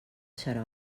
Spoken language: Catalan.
xarop